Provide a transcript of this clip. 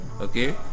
Okay